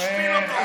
משפיל אותו,